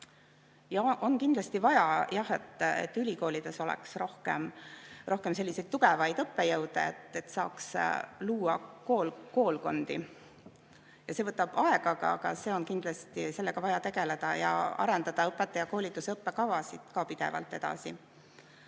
Kindlasti on vaja, et ülikoolides oleks rohkem selliseid tugevaid õppejõude, et saaks luua koolkondi. See võtab aega, aga kindlasti sellega on vaja tegeleda ja arendada õpetajakoolituse õppekavasid ka pidevalt edasi.